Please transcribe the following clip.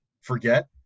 forget